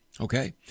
Okay